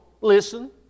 listen